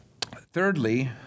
thirdly